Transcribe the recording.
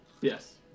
Yes